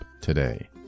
today